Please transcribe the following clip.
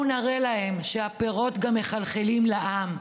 בואו נראה להם שהפירות מחלחלים לעם.